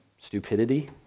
stupidity